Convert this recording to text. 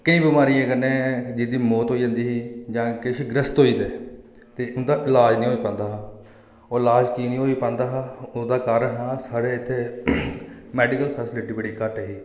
केईं बमारियें कन्नै जिं'दी मौत होई जंदी ही जां किश ग्रस्त होई दे ते उं'दा इलाज निं होई पांदा हा ओह् लाज की निं होई पांदा हा ओह्दा कारण हा साढ़ी इत्थै मैडिकल फेसिलिटी बड़ी घट्ट ही